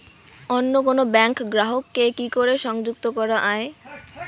অন্য কোনো ব্যাংক গ্রাহক কে কি করে সংযুক্ত করা য়ায়?